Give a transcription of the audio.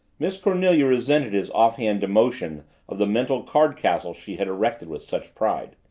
miss cornelia resented his offhand demolition of the mental card-castle she had erected with such pride.